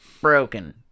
broken